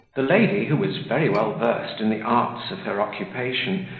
the lady, who was very well versed in the arts of her occupation,